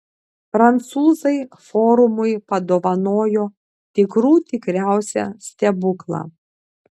prancūzai forumui padovanojo tikrų tikriausią stebuklą